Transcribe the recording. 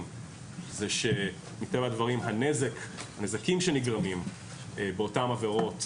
זה שמטבע הדברים הנזקים שנגרמים באותן עבירות,